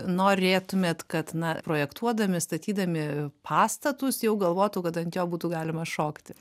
norėtumėt kad na projektuodami statydami pastatus jau galvotų kad ant jo būtų galima šokti